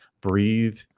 breathe